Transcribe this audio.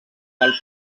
del